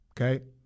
Okay